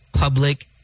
public